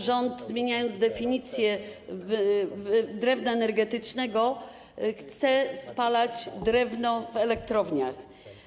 Rząd, zmieniając definicję drewna energetycznego w tej ustawie, chce spalać drewno w elektrowniach.